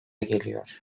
geliyor